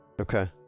Okay